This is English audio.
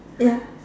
ya